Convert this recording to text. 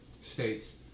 states